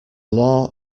law